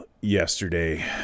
yesterday